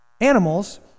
animals